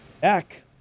Back